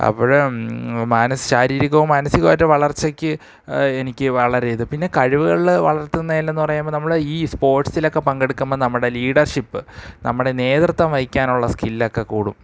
അപ്പോള് ശാരീരികവും മാനസികവും ആയിട്ട് വളർച്ചയ്ക്ക് എനിക്ക് വളരെ ഇത് പിന്നെ കഴിവുകള് വളർത്തുന്നതിലെന്നു പറയുമ്പോള് നമ്മള് ഈ സ്പോർട്സിലൊക്കെ പങ്കെടുക്കുമ്പോള് നമ്മുടെ ലീഡർഷിപ് നമ്മടെ നേതൃത്വം വഹിക്കാനുള്ള സ്കില്ലൊക്കെ കൂടും